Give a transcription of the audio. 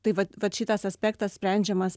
tai vat vat šitas aspektas sprendžiamas